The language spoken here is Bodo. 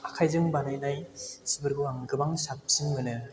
आखाइजों बानायनाय सिफोरखौ आं गोबां साबसिन मोनो